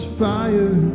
fire